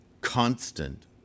constant